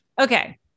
Okay